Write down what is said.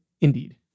Indeed